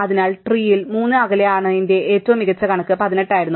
അതിനാൽ ട്രീൽ 3 അകലെയാണെന്നതിന്റെ ഏറ്റവും മികച്ച കണക്ക് 18 ആയിരുന്നു